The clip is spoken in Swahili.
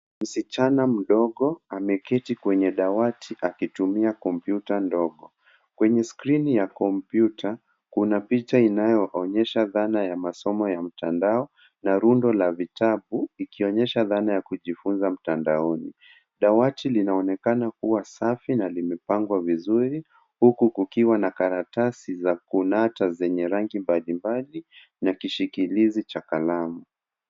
Msichana mdogo ameketi kweye dawati akitumia kompyuta ndogo. Kwenye skrini ya kompyuta kuna picha inayoonyesha dhana ya masomo ya mtandao na rundo la vitabu ikionyesha dhana ya kujifunza mtandaoni. Dawati linaonekana kuwa safi na limepangwa vizuri huku kukiwa na karatasi za kunata zenye rangi mbalimbali na kishikilizi cha kalamu.